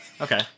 Okay